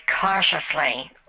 cautiously